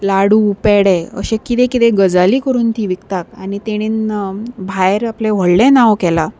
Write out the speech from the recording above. लाडू पेडे अशें कितें कितें गजाली करून ती विकतात आनी तेणेन भायर आपलें व्हडलें नांव केलां